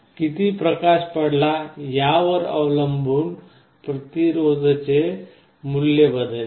किती प्रकाश पडला यावर अवलंबून प्रतिरोधचे मूल्य बदलते